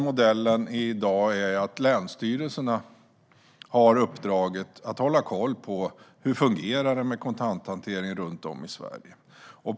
Modellen är i dag att länsstyrelserna har uppdraget att hålla koll på hur kontanthanteringen runt om i Sverige fungerar.